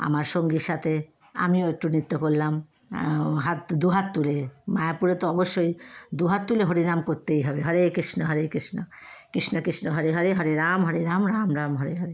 আমার সঙ্গীর সাথে আমিও একটু নৃত্য করলাম হাত দু হাত তুলে মায়াপুরে তো অবশ্যই দু হাত তুলে হরি নাম করতেই হবে হরে কৃষ্ণ হরে কৃষ্ণ কৃষ্ণ কৃষ্ণ হরে হরে হরে রাম হরে রাম রাম রাম হরে হরে